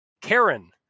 Karen